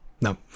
No